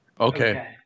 Okay